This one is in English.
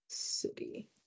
City